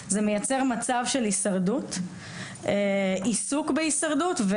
זה מייצר מצב של הישרדות, עיסוק בהישרדות.